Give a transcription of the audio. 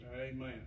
Amen